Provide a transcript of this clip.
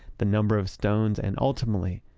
the number of stones and ultimately,